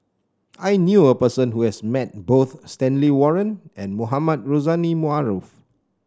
I knew a person who has met both Stanley Warren and Mohamed Rozani Maarof